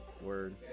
Word